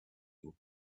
you